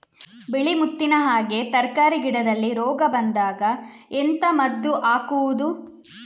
ಬಿಳಿ ಮುತ್ತಿನ ಹಾಗೆ ತರ್ಕಾರಿ ಗಿಡದಲ್ಲಿ ರೋಗ ಬಂದಾಗ ಎಂತ ಮದ್ದು ಹಾಕುವುದು?